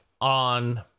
on